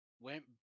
went